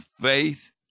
faith